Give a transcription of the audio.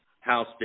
House